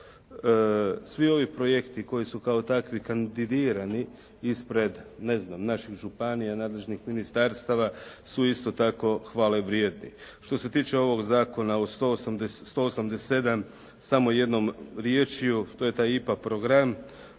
Svi ovi projekti koji su kao takvi kandidirani ispred, ne znam naših županija, nadležnih ministarstava su isto tako hvale vrijedni. Što se tiče ovog zakona od 187. samo jednom riječju što je taj IPA program